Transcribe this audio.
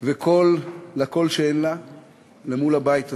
קול שאין לה אל מול הבית הזה.